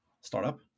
startup